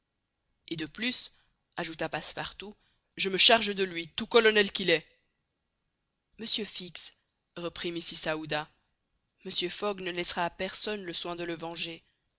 et de plus ajouta passepartout je me charge de lui tout colonel qu'il est monsieur fix reprit mrs aouda mr fogg ne laissera à personne le soin de le venger